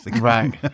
Right